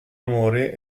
amore